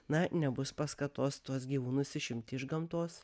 na nebus paskatos tuos gyvūnus išimti iš gamtos